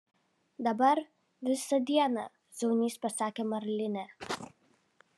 dabar visą dieną zaunys pasakė marlinė